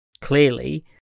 Clearly